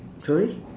sorry